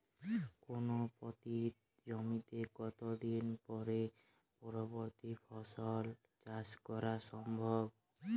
কোনো পতিত জমিতে কত দিন পরে পরবর্তী ফসল চাষ করা সম্ভব?